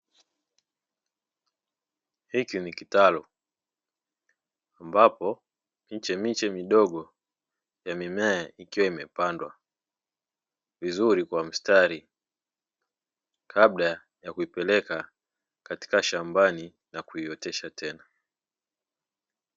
Hiki ni kitalu ambapo michemiche midogo ya mimea ikiwa imepandwa vizuri kwa mstari kabla ya kuipeleka katika shamba na kuiotesha tena.